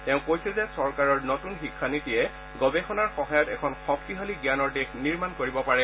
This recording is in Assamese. তেওঁ কৈছে যে চৰকাৰৰ নতুন শিক্ষা নীতিয়ে গৱেষণাৰ সহায়ত এখন শক্তিশালী জ্ঞানৰ দেশ নিৰ্মাণ কৰিব পাৰে